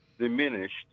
diminished